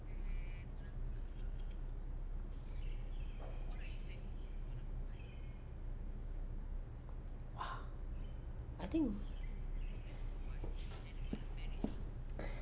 !wah! I think